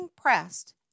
pressed